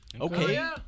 Okay